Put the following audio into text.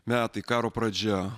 metai karo pradžia